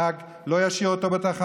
הוא רוצה שהנהג לא ישאיר אותו בתחנה,